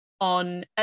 on